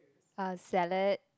a salad